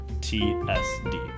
T-S-D